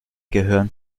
gehören